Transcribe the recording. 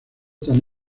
tan